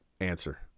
answer